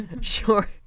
Sure